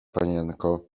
panienko